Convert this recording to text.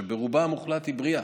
שברובה המוחלט היא בריאה,